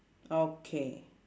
okay